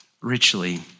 richly